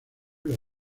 los